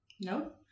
No